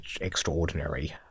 extraordinary